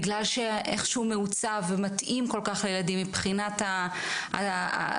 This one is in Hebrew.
בגלל איך שהוא מעוצב ומתאים כל כך לילדים מבחינת הצבעים,